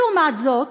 לעומת זאת,